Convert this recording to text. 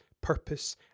purpose